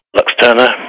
Lux-Turner